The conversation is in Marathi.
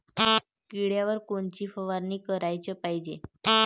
किड्याइवर कोनची फवारनी कराच पायजे?